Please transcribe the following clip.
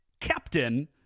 captain